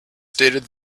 stated